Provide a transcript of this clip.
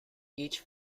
each